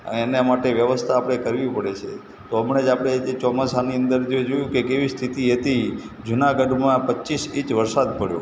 એના માટે વ્યવસ્થા આપણે કરવી પડે છે તો હમણાં જ આપણે જે ચોમાસાની અંદર જે જોયું કે કેવી સ્થિતિ હતી જુનાગઢમાં પચ્ચીસ ઈંચ વરસાદ પડ્યો